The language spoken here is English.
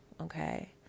Okay